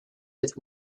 with